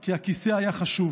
כי הכיסא היה חשוב,